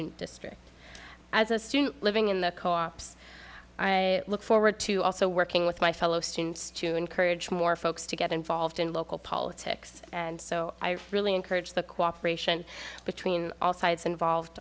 district as a student living in the co ops i look forward to also working with my fellow students to encourage more folks to get involved in local politics and so i really encourage the cooperation between all sides involved